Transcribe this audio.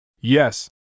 Yes